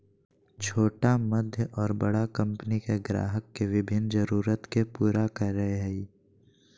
छोटा मध्य और बड़ा कंपनि के ग्राहक के विभिन्न जरूरत के पूरा करय हइ